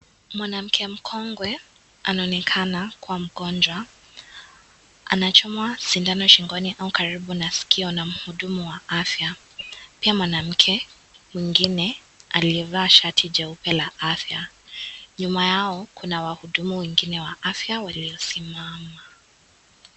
Mwanamke mkongwe anaonekana kuwa mgonjwa, anachomwa sindano shingoni au karibu na sikio na muhudumu wa afya, pia mwanamke mwingine aliyevaa shati cheupe la afya nyuma yao kuna wahudumu wengine wa afya waliosimama.